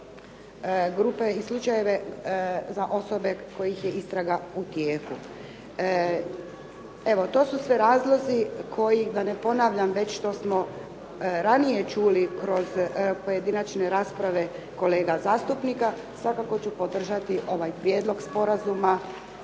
grupe i slučajeva za osobe kojih je istraga u tijeku. Evo, to su sve razlozi koji da ne ponavljam već što smo ranije čuli kroz pojedinačne rasprave kolega zastupnika. Svakako ću podržati ovaj prijedlog sporazuma,